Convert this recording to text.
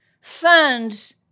funds